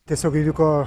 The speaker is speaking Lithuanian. tiesiog įvyko